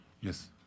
Yes